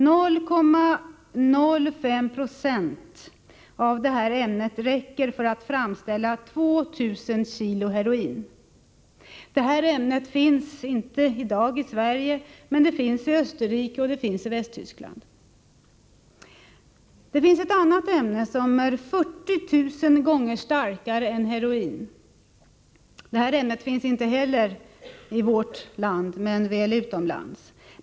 0,05 96 av detta ämne räcker för att framställa 2 000 kilo heroin. Detta ämne finns inte i dag i Sverige, men det finns i Österrike och i Västtyskland. Det finns ett annat ämne som är 40 000 gånger starkare än heroin. Detta ämne finns inte heller i vårt land men väl utomlands.